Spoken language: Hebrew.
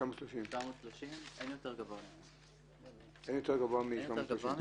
יותר גבוה מ-730.